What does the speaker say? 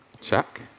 Check